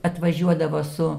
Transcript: atvažiuodavo su